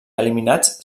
eliminats